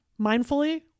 mindfully